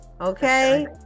okay